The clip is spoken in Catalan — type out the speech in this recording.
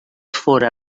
fóra